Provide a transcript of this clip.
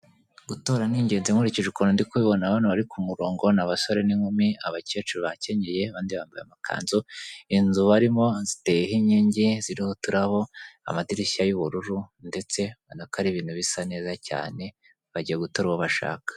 Gutora ni ingenzi nkurikije ukuntu ndi kubibona hano bari ku murongo ni abasore n'inkumi, abakecuru bakenyeye abandi bambaye amakanzu, inzu barimo ziteye inkingi ziriho uturabo, amadirishya y'ubururu ndetse urabana ko ari ibintu bisa neza cyane bagiye gutora uwo bashaka.